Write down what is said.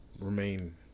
remain